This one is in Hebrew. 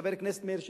חבר כנסת מאיר שטרית,